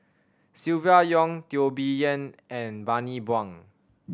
Silvia Yong Teo Bee Yen and Bani Buang